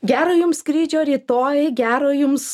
gero jums skrydžio rytoj gero jums